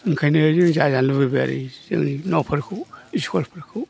ओंखायनो जों जाजानो लुगैबाय आरोखि जोंनि न'फोरखौ इस्कुलफोरखौ